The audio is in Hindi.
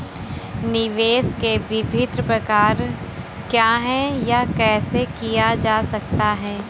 निवेश के विभिन्न प्रकार क्या हैं यह कैसे किया जा सकता है?